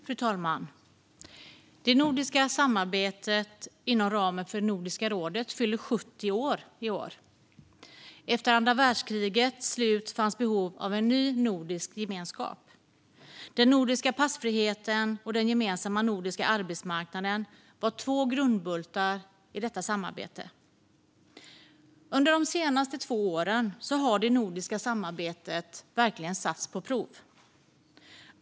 Fru talman! Det nordiska samarbetet inom ramen för Nordiska rådet fyller 70 år i år. Efter andra världskrigets slut fanns behov av en ny nordisk gemenskap. Den nordiska passfriheten och den gemensamma nordiska arbetsmarknaden var två grundbultar i detta samarbete. Under de senaste två åren har det nordiska samarbetet verkligen satts på prov.